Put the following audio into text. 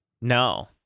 No